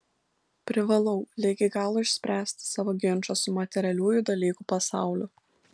privalau ligi galo išspręsti savo ginčą su materialiųjų dalykų pasauliu